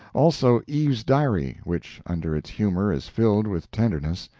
also eve's diary, which, under its humor, is filled with tenderness,